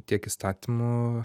tiek įstatymų